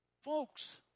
Folks